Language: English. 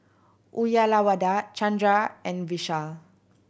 Uyyalawada Chandra and Vishal